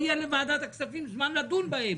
שלוועדת הכספים לא יהיה זמן לדון בהם,